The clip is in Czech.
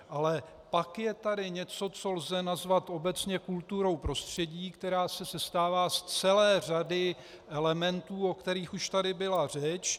Ale pak je tady něco, co lze nazvat obecně kulturou prostředí, která sestává z celé řady elementů, o kterých už tady byla řeč.